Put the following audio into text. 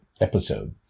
episode